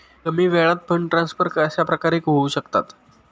कमी वेळात fund transfer कशाप्रकारे होऊ शकतात?